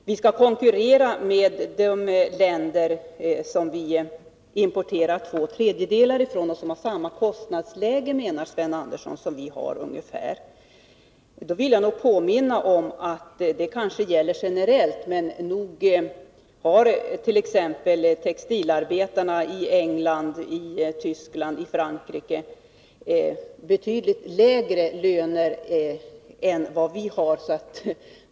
Vi skall konkurrera med de länder som vi importerar två tredjedelar från och som har ungefär samma kostnadsläge som vi har, menar Sven Andersson. Då vill jag påminna om att det kanske gäller generellt, ment.ex. textilarbetarna i England, Tyskland och Frankrike har betydligt lägre löner än textilarbetarna i vårt land.